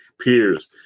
peers